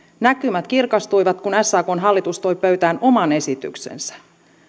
näkymät kirkastuivat kun sakn hallitus toi pöytään oman esityksensä